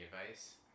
advice